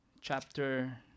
chapter